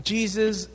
Jesus